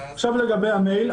לגבי המייל,